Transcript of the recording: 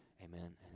Amen